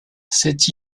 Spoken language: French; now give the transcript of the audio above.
cet